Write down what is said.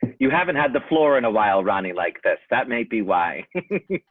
you haven't had the floor in a while, ronnie like that. that may be why